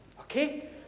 Okay